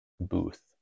booth